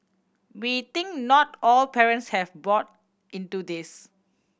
we think not all parents have bought into this